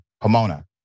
Pomona